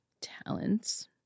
talents